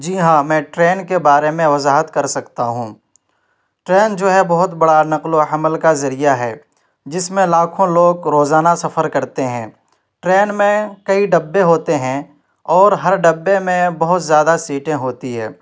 جی ہاں میں ٹرین کے بارے میں وضاحت کر سکتا ہوں ٹرین جو ہے بہت بڑا نقل و حمل کا ذریعہ ہے جس میں لاکھوں لوگ روزانہ سفر کرتے ہیں ٹرین میں کئی ڈبے ہوتے ہیں اور ہر ڈبے میں بہت زیادہ سیٹیں ہوتی ہے